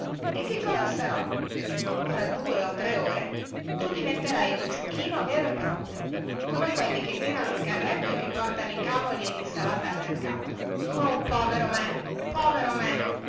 e che cosa sarò fra due o tre ore tu diventerai un ciuchino vero e proprio come quelli che tirano il carretto e che portano i cavoli e linsalata al mercato oh povero me povero me